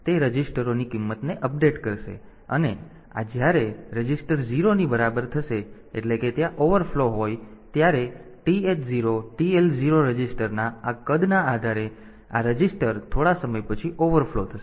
તેથી તે તે રજીસ્ટરોની કિંમતને અપડેટ કરશે અને આ જ્યારે આ રજીસ્ટર 0 ની બરાબર થશે એટલે કે ત્યાં ઓવરફ્લો હોય ત્યારે આ TH 0 TL 0 રજિસ્ટરના આ કદના આધારે આ રજીસ્ટર થોડા સમય પછી ઓવરફ્લો થશે